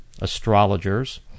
astrologers